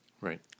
Right